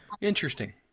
interesting